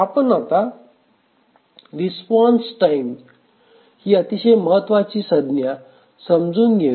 आपण आता response time ही अतिशय महत्वाची संज्ञा समजून घेऊया